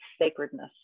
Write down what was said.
sacredness